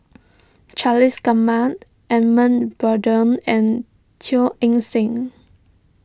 Charles Gamba Edmund Blundell and Teo Eng Seng